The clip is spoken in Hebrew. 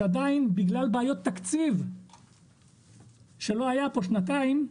שעדיין בגלל בעיות תקציב שלא היה פה שנתיים,